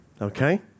okay